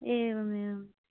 एवम् एवम्